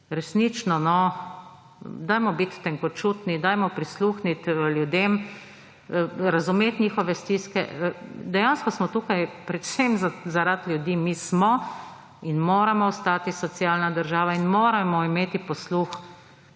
Resnično, no, dajmo biti tenkočutni, dajmo prisluhniti ljudem, razumeti njihove stiske! Dejansko smo tukaj predvsem zaradi ljudi. Mi smo in moramo ostati socialna država in moramo imeti posluh